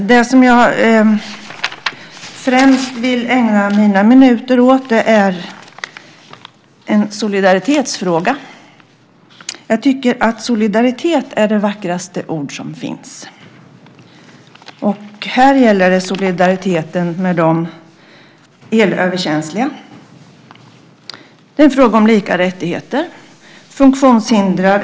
Det som jag främst vill ägna mina minuter åt är en solidaritetsfråga. Jag tycker att ordet solidaritet är det vackraste ord som finns. Här gäller det solidariteten med de elöverkänsliga. Det är en fråga om lika rättigheter.